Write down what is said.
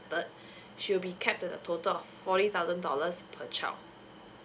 third she will be capped at a total of forty thousand dollars per child